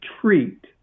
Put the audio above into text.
treat